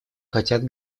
хотят